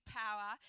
power